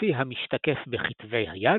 כפי המשתקף בכתבי היד,